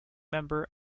member